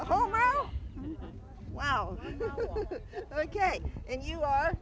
oh wow ok and you are